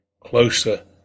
closer